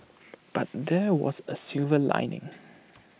but there was A silver lining